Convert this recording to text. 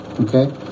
Okay